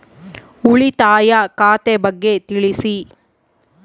ಉಳಿತಾಯ ಖಾತೆ ಬಗ್ಗೆ ತಿಳಿಸಿ?